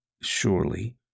Surely